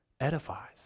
edifies